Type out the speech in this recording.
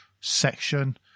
section